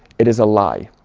it is a lie,